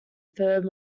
third